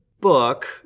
book